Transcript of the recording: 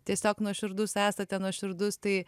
tiesiog nuoširdus esate nuoširdus tai